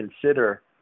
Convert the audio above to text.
consider